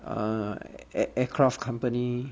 uh eh aircraft company